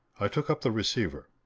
i took up the receiver.